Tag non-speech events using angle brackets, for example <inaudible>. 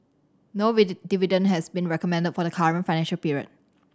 no <unintelligible> dividend has been recommended for the current financial period